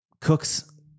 cook's